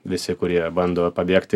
visi kurie bando pabėgti